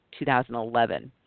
2011